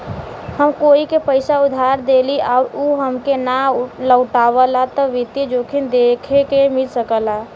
हम कोई के पइसा उधार देली आउर उ हमके ना लउटावला त वित्तीय जोखिम देखे के मिल सकला